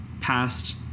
past